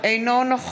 זה בטוח.